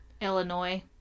Illinois